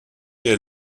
est